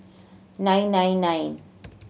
nine nine nine